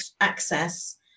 access